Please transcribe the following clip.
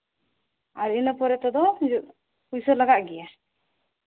ᱟᱨ ᱤᱱᱟᱹ ᱯᱚᱨᱮ ᱛᱮᱫᱚ ᱯᱩᱭᱥᱟᱹ ᱞᱟᱜᱟᱜ ᱜᱮᱭᱟ